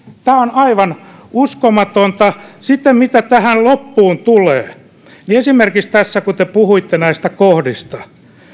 tämä on aivan uskomatonta sitten mitä tähän loppuun tulee niin kun te tässä esimerkiksi puhuitte näistä kohdista